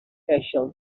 facial